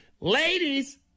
ladies